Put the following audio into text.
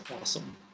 awesome